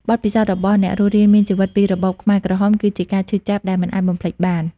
បទពិសោធន៍របស់អ្នករស់រានមានជីវិតពីរបបខ្មែរក្រហម គឺជាការឈឺចាប់ដែលមិនអាចបំភ្លេចបាន។